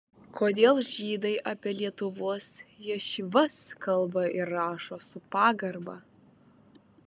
kodėl žydai apie lietuvos ješivas kalba ir rašo su pagarba